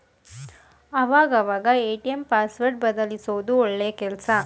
ಆವಾಗ ಅವಾಗ ATM password ಬದಲ್ಯಿಸೋದು ಒಳ್ಳೆ ಕೆಲ್ಸ